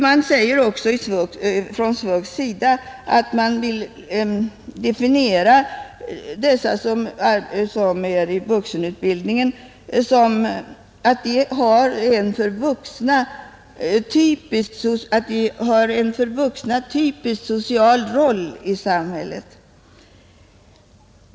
SVUX säger också att man vill definiera dessa som är i vuxenutbildningen så, att de har en för vuxna typisk social roll i samhället.